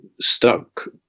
stuck